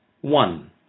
One